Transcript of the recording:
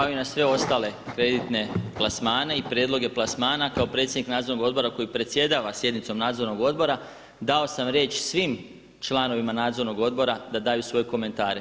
Kao i na sve ostale kreditne plasmane i prijedloge plasmana, kao predsjednik Nadzornog odbora koji predsjedava sjednicom Nadzornog odbora dao sam riječ svim članovima Nadzornog odbora da daju svoje komentare.